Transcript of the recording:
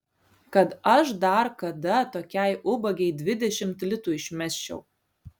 kad aš dar kada tokiai ubagei dvidešimt litų išmesčiau